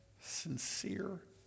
sincere